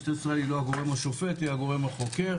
משטרת ישראל היא לא הגורם השופט היא הגורם החוקר,